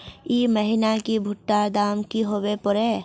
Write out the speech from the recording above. ई महीना की भुट्टा र दाम की होबे परे?